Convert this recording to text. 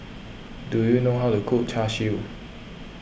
do you know how to cook Char Siu